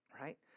right